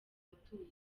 batuye